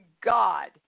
God